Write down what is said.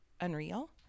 unreal